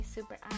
Super